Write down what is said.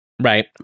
Right